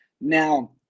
Now